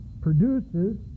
produces